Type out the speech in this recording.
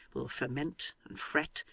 will ferment, and fret,